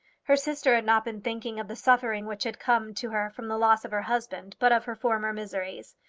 her sister had not been thinking of the suffering which had come to her from the loss of her husband, but of her former miseries.